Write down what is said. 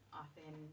often